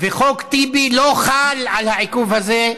וחוק טיבי לא חל על העיכוב הזה.